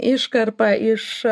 iškarpą iš